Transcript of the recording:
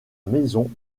maison